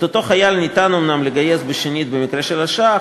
את אותו חייל ניתן אומנם לגייס בשנית במקרה של הרשעה,